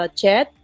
chat